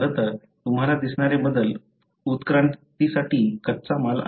खरं तर तुम्हाला दिसणारे बदल उत्क्रांतीसाठी कच्चा माल आहेत